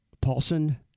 Paulson